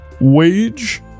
wage